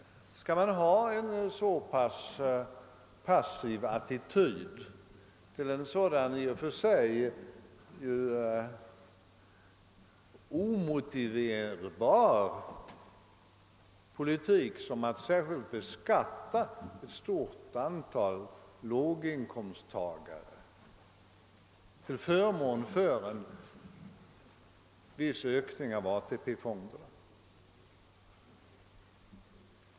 Skall man ha en så passiv attityd till en sådan omotiverbar politik som satt särskilt beskatta ett stort antal låginkomsttagare till förmån för en viss ökning. av ATP-fonderna?